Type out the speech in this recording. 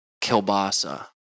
kielbasa